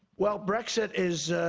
well, brexit is.